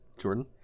Jordan